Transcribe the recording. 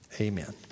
Amen